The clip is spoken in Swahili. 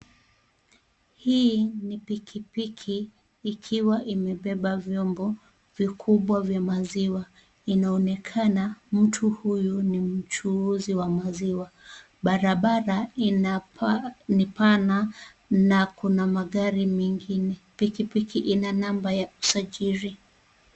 Hii ni pikipiki ikiwa imebeba vyombo vikubwa vya maziwa inaonekana mtu huyu ni mchuuzi wa maziwa barabara ni pana na kuna magari mengine, pikipiki ina namba ya usajili.